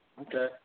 Okay